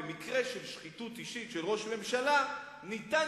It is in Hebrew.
במקרה של שחיתות אישית של ראש ממשלה ניתן